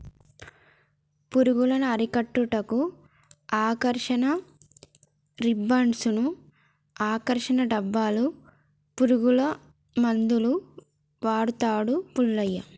పురుగులను అరికట్టుటకు ఆకర్షణ రిబ్బన్డ్స్ను, ఆకర్షణ డబ్బాలు, పురుగుల మందులు వాడుతాండు పుల్లయ్య